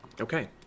Okay